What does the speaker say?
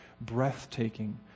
breathtaking